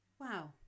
Wow